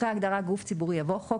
אחרי ההגדרה "גוף ציבורי" יבוא: ""חוק